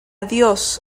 dios